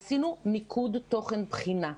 עשינו מיקוד תוכן בחינה.